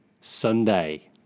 Sunday